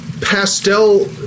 pastel